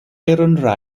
iron